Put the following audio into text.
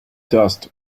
dust